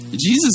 Jesus